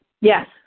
Yes